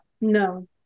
No